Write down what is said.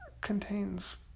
contains